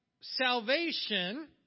salvation